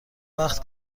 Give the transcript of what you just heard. وقت